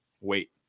wait